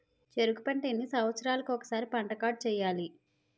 చెరుకు పంట ఎన్ని సంవత్సరాలకి ఒక్కసారి పంట కార్డ్ చెయ్యాలి?